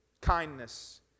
Kindness